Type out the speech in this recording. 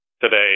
today